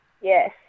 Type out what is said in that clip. yes